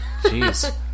jeez